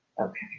Okay